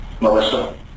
Melissa